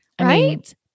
right